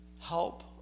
help